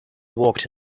worked